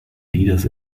leaders